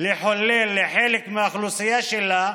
לחולל לחלק מהאוכלוסייה שלה,